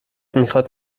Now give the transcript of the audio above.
میخاد